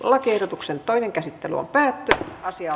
lakiehdotuksen toinen käsittely päättyi